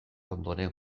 ondoren